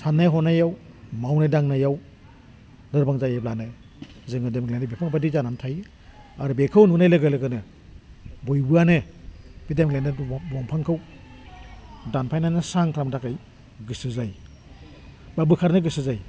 सान्नाय हनायाव मावनाय दांनायाव लोरबां जायोब्लानो जोङो देमग्लायनाय बिफां बायदि जानानै थायो आरो बेखौ नुनाय लोगो लोगोनो बयबोआनो बे देमग्लायनाय दंफांखौ दानफायनानै स्रां खालामनो थाखाय गोसो जायो बा बोखारनो गोसो जायो